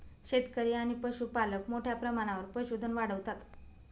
शेतकरी आणि पशुपालक मोठ्या प्रमाणावर पशुधन वाढवतात